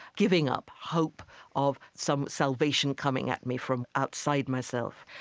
giving up hope of some salvation coming at me from outside myself.